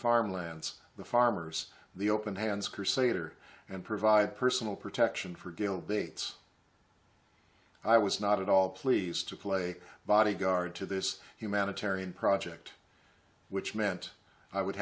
farmlands the farmers the open hands crusader and provide personal protection for gail they i was not at all pleased to play bodyguard to this humanitarian project which meant i would